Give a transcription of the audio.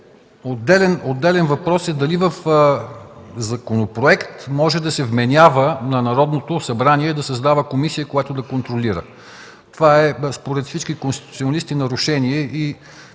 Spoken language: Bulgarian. Отделен въпрос е дали в законопроект може да се вменява на Народното събрание да създава комисия, която да контролира. Според всички конституционалисти това е нарушение.